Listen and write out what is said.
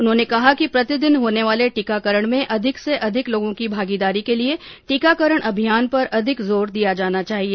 उन्होंने कहा कि प्रतिदिन होने वाले टीकाकरण में अधिक से अधिक लोगों की भागीदारी के लिए टीकाकरण अभियान पर अधिक जोर दिया जाना चाहिए